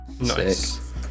Nice